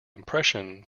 impression